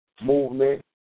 movement